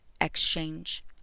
exchange